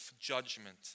judgment